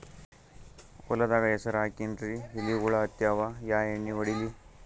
ಹೊಲದಾಗ ಹೆಸರ ಹಾಕಿನ್ರಿ, ಎಲಿ ಹುಳ ಹತ್ಯಾವ, ಯಾ ಎಣ್ಣೀ ಹೊಡಿಲಿ?